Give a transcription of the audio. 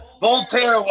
voltaire